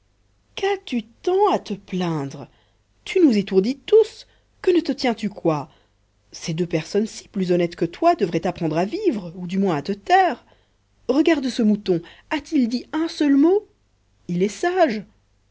qu'as-tu tant à te plaindre tu nous étourdis tous que ne te tiens-tu coi ces deux personnes-ci plus honnêtes que toi devraient t'apprendre à vivre ou du moins à te taire regarde ce mouton a-t-il dit un seul mot il est sage